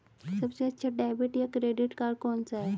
सबसे अच्छा डेबिट या क्रेडिट कार्ड कौन सा है?